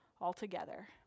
altogether